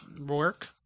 Work